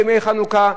בימי חנוכה,